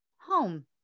Home